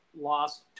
lost